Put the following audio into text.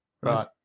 Right